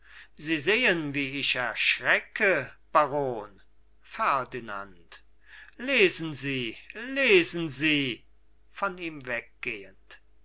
sie sehen wie ich erschrecke baron ferdinand lesen sie lesen sie von ihm weggehend